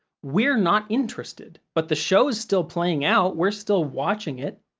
we're not interested, but the show's still playing out, we're still watching it.